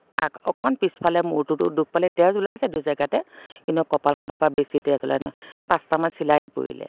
আগ অকণমান পিছফালে মূৰটোতো দুখ পালে তেজ ওলাইছে দুজেগাতে কিন্তু কঁপালখনৰ পৰা বেছি তেজ ওলাই ন পাঁচটামান চিলায়ে পৰিলে